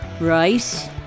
right